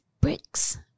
bricks